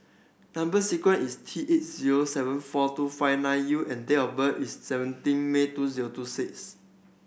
number sequence is T eight zero seven four two five nine U and date of birth is seventeen May two zero two six